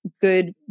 good